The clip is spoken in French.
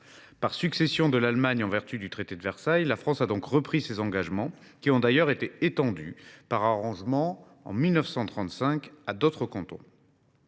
Par succession de l’Allemagne en vertu du traité de Versailles, la France a repris ces engagements, qui ont été étendus par arrangement en 1935 à d’autres cantons.